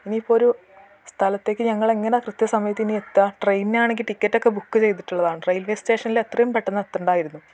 ഇനിയിപ്പോൾ ഒരു സ്ഥലത്തേക്ക് ഞങ്ങളെങ്ങനാ കൃത്യസമയത്തിനി എത്തുക ട്രെയിനാണെങ്കിൽ ടിക്കറ്റൊക്കെ ബുക്ക് ചെയ്തിട്ടുള്ളതാണ് റെയിൽവേ സ്റ്റേഷനിലെത്രയും പെട്ടെന്നെത്തേണ്ടതായിരുന്നു